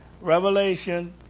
Revelation